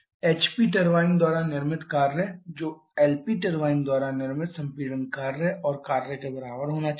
HP turbine द्वारा निर्मित कार्य जो LP टरबाइन द्वारा निर्मित संपीड़न कार्य और कार्य के बराबर होना चाहिए